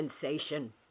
sensation